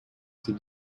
c’est